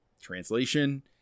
translation